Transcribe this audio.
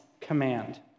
command